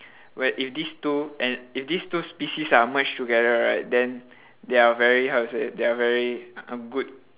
when if this two and if this two species are merged together right then they are very how to say they are very um good